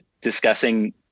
discussing